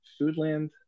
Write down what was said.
Foodland